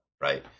right